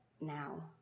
now